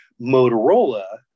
motorola